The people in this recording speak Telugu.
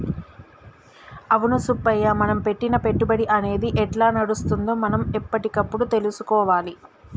అవును సుబ్బయ్య మనం పెట్టిన పెట్టుబడి అనేది ఎట్లా నడుస్తుందో మనం ఎప్పటికప్పుడు తెలుసుకోవాలి